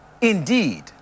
Indeed